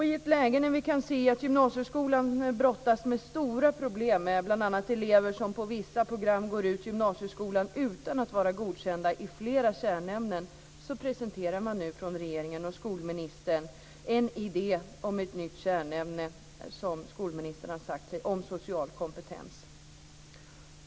I ett läge när vi kan se att gymnasieskolan brottas med stora problem, bl.a. med elever som på vissa program går ut skolan utan att vara godkända i flera kärnämnen, presenterar nu regeringen och skolministern en idé om ett nytt kärnämne som ska benämnas social kompetens.